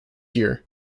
year